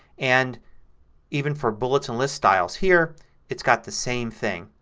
and even for bullets and lists styles here it's got the same thing.